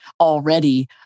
already